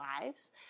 lives